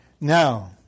Now